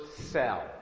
cell